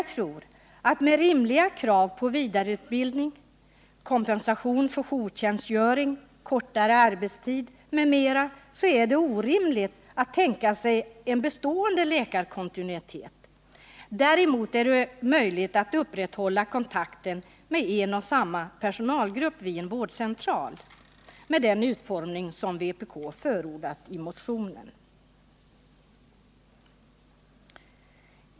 Jag tror att det med rimliga krav på vidareutbildning, kompensation för jourtjänstgöring, kortare arbetstid m.m. är orimligt att tänka sig en bestående läkarkontinuitet. Däremot är det möjligt att upprätthålla kontakten med en och samma personalgrupp vid en vårdcentral med den utformning som vpk förordar i motionen.